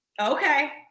okay